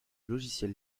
logiciel